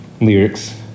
lyrics